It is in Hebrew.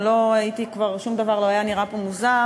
אם לא שכבר שום דבר לא נראה פה מוזר,